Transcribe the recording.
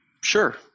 Sure